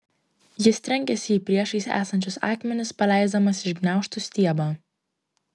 jis trenkėsi į priešais esančius akmenis paleisdamas iš gniaužtų stiebą